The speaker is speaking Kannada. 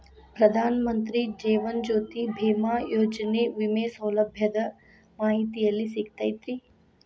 ಪ್ರಧಾನ ಮಂತ್ರಿ ಜೇವನ ಜ್ಯೋತಿ ಭೇಮಾಯೋಜನೆ ವಿಮೆ ಸೌಲಭ್ಯದ ಮಾಹಿತಿ ಎಲ್ಲಿ ಸಿಗತೈತ್ರಿ?